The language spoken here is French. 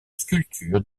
sculpture